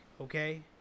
Okay